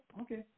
Okay